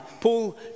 Paul